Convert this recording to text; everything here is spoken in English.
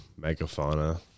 megafauna